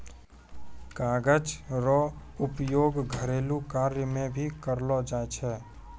कागज रो उपयोग घरेलू कार्य मे भी करलो जाय छै